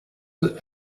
mit